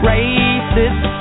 Racist